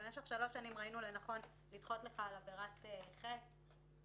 במשך שלוש שנים ראינו לנכון לדחות לך על עבירת חטא אני